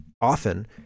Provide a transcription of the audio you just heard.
often